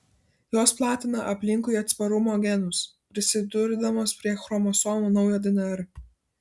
jos platina aplinkui atsparumo genus prisidurdamos prie chromosomų naują dnr